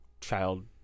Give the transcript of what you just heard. child